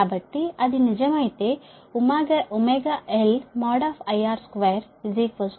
కాబట్టి అది నిజమైతే LIR2 CVR2